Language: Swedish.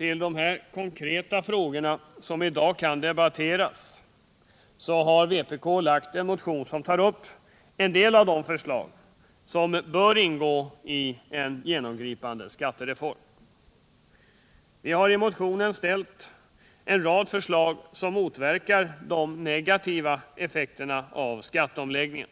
I de konkreta frågor som i dag kan debatteras har vpk framlagt en motion som tar upp en del av de förslag som bör ingå i en genomgripande skattereform. Vi har i motionen ställt en rad förslag som motverkar de negativa effekterna av skatteomläggningen